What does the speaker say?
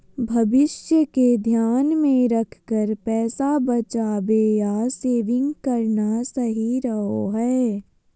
भविष्य के ध्यान मे रखकर पैसा बचावे या सेविंग करना सही रहो हय